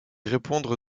répondre